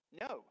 No